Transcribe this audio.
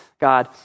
God